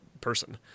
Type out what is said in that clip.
person